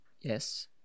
Yes